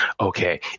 okay